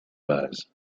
bases